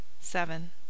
seven